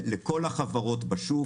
לכל החברות בשוק.